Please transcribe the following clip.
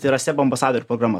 tai yra seb ambasadorių programa